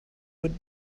would